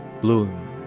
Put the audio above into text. bloom